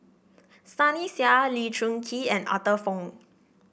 Sunny Sia Lee Choon Kee and Arthur Fong